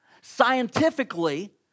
scientifically